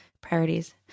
priorities